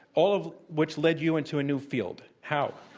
all of which led you into a new field. how?